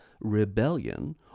rebellion